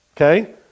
Okay